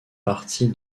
partie